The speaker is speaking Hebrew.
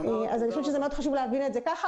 אז אני חושבת שזה מאוד חשוב להבין את זה כך,